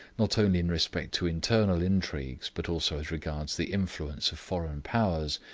not only in respect to internal intrigues but also as regards the influence of foreign powers,